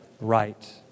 right